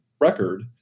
record